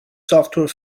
software